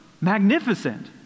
Magnificent